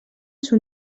son